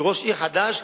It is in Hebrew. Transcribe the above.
כי ראש עיר חדש,